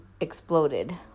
exploded